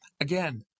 Again